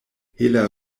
hela